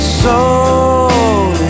soul